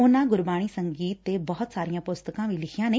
ਉਨਾਂ ਗੁਰਬਾਣੀ ਸੰਗੀਤ ਤੇ ਬਹੁਤ ਸਾਰੀਆਂ ਪੁਸਤਕਾਂ ਵੀ ਲਿਖੀਆਂ ਨੇ